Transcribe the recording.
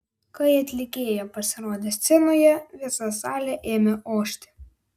kai atlikėja pasirodė scenoje visa salė ėmė ošti